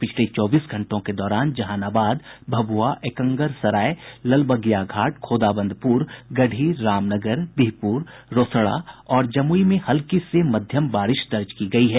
पिछले चौबीस घंटों के दौरान जहानाबाद भभुआ एकंगरसराय ललबगिया घाट खोदाबंदपुर गढ़ी रामनगर बिहपुर रोसड़ा और जमुई में हल्की से मध्यम बारिश दर्ज की गयी है